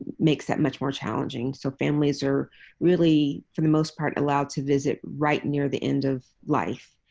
makes that much more challenging. so families are really, for the most part, allowed to visit right near the end of life.